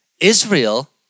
Israel